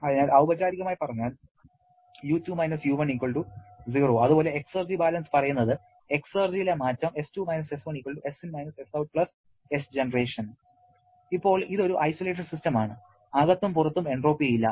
അതിനാൽ ഔപചാരികമായി പറഞ്ഞാൽ U2 - U1 0 അതുപോലെ എക്സർജി ബാലൻസ് പറയുന്നത് എക്സർജിയിലെ മാറ്റം S2−S1 Sin − Sout Sgen ഇപ്പോൾ ഇത് ഒരു ഐസൊലേറ്റഡ് സിസ്റ്റം ആണ് അകത്തും പുറത്തും എൻട്രോപ്പി ഇല്ല